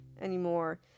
anymore